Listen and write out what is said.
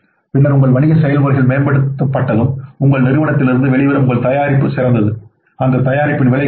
பின்னர் உங்கள் வணிக செயல்முறைகள் மேம்படுத்தப்பட்டதும் உங்கள் நிறுவனத்திலிருந்து வெளிவரும் உங்கள் தயாரிப்பு சிறந்தது அந்த தயாரிப்பின் விலை சிறந்தது